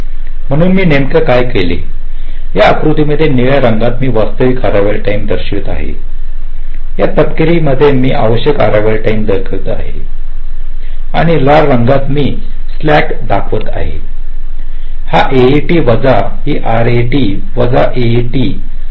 म्हणून मी नेमके काय केले या आकृतीमध्ये निळ्या रंगात मी वास्तविक अररिवाल टाईम दर्शवित आहे या तपकिरी मध्ये मी आवश्यक अररिवाल टाईम दाखवित आहे आणि लाल रंगात मी स्लॅक दाखवत आहे ही एएटी वजा ही आरएटी वजा एएटी